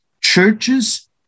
churches